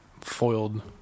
foiled